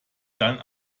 dann